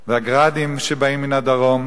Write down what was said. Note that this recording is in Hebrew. וה"גראדים" שבאים מן הדרום,